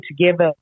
together